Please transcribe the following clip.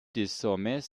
désormais